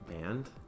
band